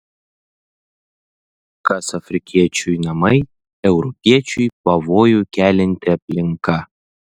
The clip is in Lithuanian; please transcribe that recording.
kas afrikiečiui namai europiečiui pavojų kelianti aplinka